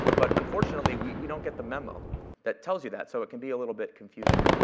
but unfortunately, we don't get the memo that tells you that. so, it can be a little bit confusing.